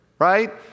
right